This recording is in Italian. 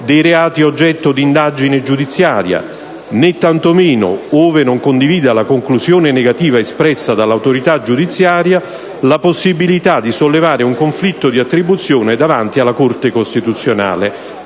dei reati oggetto di indagine giudiziaria, né tanto meno, ove non condivida la conclusione negativa espressa dall'autorità giudiziaria, la possibilità di sollevare un conflitto di attribuzione davanti alla Corte costituzionale,